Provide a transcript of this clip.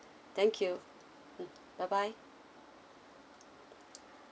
thank you mm bye bye